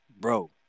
Bro